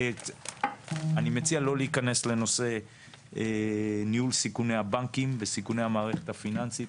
אני מציע לא להיכנס לנושא ניהול סיכוני הבנקים וסיכוני המערכת הפיננסית.